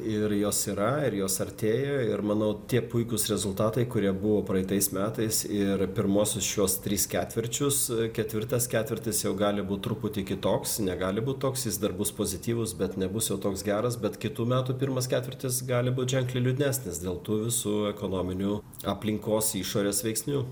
ir jos yra ir jos artėja ir manau tie puikūs rezultatai kurie buvo praeitais metais ir pirmuosius šiuos tris ketvirčius ketvirtas ketvirtis jau gali būt truputį kitoks negali būt toks jis dar bus pozityvus bet nebus jau toks geras bet kitų metų pirmas ketvirtis gali būt ženkliai liūdnesnis dėl tų visų ekonominių aplinkos išorės veiksnių